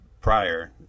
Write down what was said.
prior